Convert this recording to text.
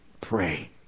Pray